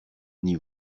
n’y